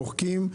מוחקים,